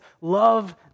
love